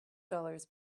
dollars